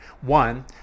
One